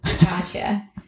Gotcha